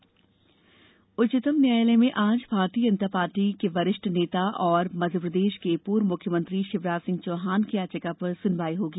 न्यायालय सुनवाई उच्चतम न्यायालय में आज भारतीय जनता पार्टी के वरिष्ठ नेता और मध्यप्रदेश के पूर्व मुख्यमंत्री शिवराज सिंह चौहान की याचिका पर सुनवाई होगी